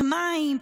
מים,